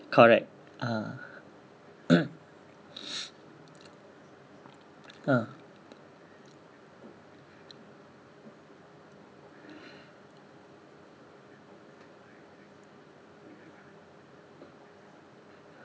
correct ah ah